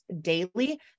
daily